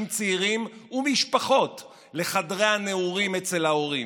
צעירים ומשפחות לחדרי הנעורים אצל ההורים.